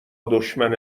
دشمن